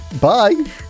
Bye